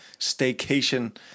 staycation